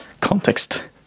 context